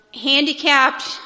handicapped